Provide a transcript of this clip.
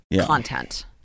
content